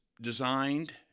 designed